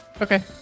Okay